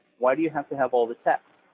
why do you have to have all the text?